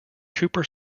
cooper